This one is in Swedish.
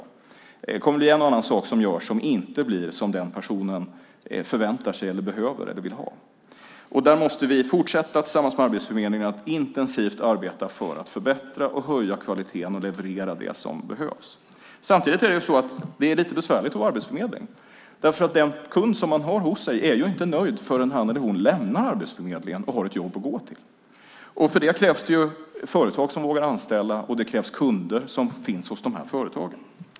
Det kommer att bli en och annan sak som görs som inte blir som den personen förväntar sig, behöver eller vill ha. Där måste vi fortsätta att tillsammans med Arbetsförmedlingen intensivt arbeta för att förbättra och höja kvaliteten och leverera det som behövs. Samtidigt är det lite besvärligt att vara arbetsförmedling. Den kund som man har hos sig är ju inte nöjd förrän han eller hon lämnar Arbetsförmedlingen och har ett jobb att gå till. För det krävs det företag som vågar anställa och kunder som finns hos de företagen.